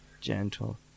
Gentle